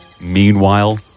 Meanwhile